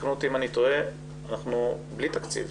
תקנו אותי אם אני טועה, אנחנו בלי תקציב.